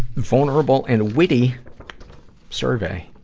vulnerable and witty survey.